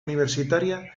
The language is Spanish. universitaria